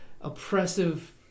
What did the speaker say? oppressive